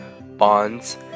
bonds